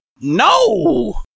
No